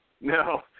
No